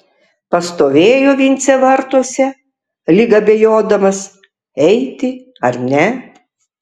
pastovėjo vincė vartuose lyg abejodamas eiti ar ne